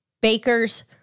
Baker's